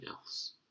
else